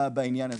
בעניין הזה.